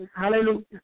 Hallelujah